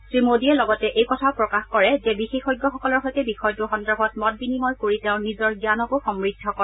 শ্ৰীমোদীয়ে লগতে এই কথাও প্ৰকাশ কৰে যে বিশেষজ্ঞসকলৰ সৈতে বিষয়টোৰ সন্দৰ্ভত মত বিনিময় কৰি তেওঁ নিজৰ জ্ঞানকো সমৃদ্ধ কৰে